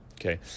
Okay